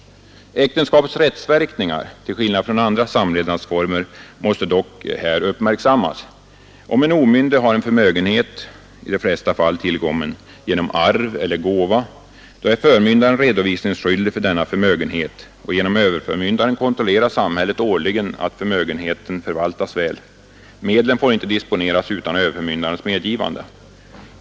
Äktenskapets rättsverkningar — till skillnad från andra samlevnadsformer — måste dock här uppmärksammas. Om en omyndig har en förmögenhet — i de flesta fall tillkommen genom arv eller gåva — är förmyndaren redovisningsskyldig för denna förmögenhet, och genom överförmyndaren kontrollerar samhället årligen att förmögenheten förvaltas väl. Medlen får inte disponeras utan överförmyndarens medgivande.